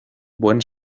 buen